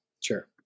Sure